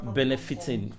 benefiting